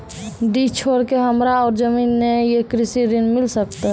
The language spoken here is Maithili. डीह छोर के हमरा और जमीन ने ये कृषि ऋण मिल सकत?